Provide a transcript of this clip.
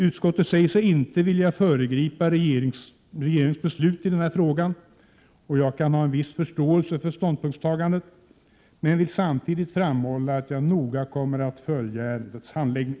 Utskottet säger sig inte vilja föregripa regeringens beslut i denna fråga. Jag kan ha viss förståelse för den ståndpunkten, men vill samtidigt framhålla att jag noga kommer att följa ärendets handläggning.